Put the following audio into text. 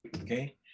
Okay